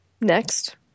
Next